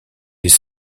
les